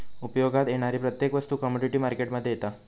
उपयोगात येणारी प्रत्येक वस्तू कमोडीटी मार्केट मध्ये येता